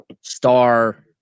star